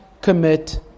commit